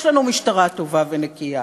יש לנו משטרה טובה ונקייה.